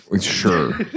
Sure